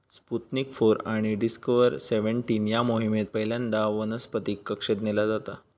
Sputnik four आणि Discover seventeen या मोहिमेत पहिल्यांदा वनस्पतीक कक्षेत नेला जाता